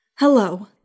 Hello